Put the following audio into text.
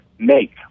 make